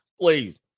Please